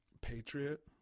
patriot